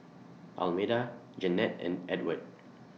Almeda Jennette and Edward